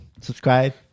subscribe